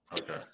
Okay